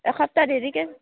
এসপ্তাহ দেৰিকৈ